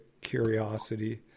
curiosity